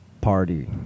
party